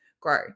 grow